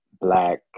black